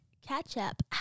catch-up